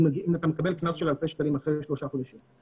אם אתה מקבל קנס של אלפי שקלים אחרי שלושה חודשים.